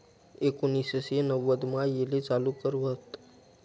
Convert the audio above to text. एकोनिससे नव्वदमा येले चालू कर व्हत